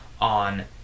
on